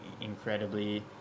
incredibly